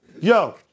Yo